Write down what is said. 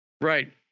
Right